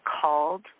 called